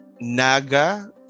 NAGA